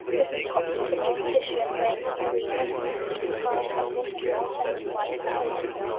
was in top physical condition, weighing between one hundred and sixty five and one hundred and seventy five lbs,